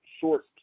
short